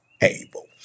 able